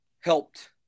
helped